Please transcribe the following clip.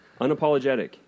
Unapologetic